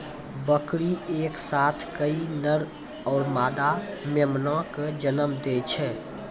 बकरी एक साथ कई नर आरो मादा मेमना कॅ जन्म दै छै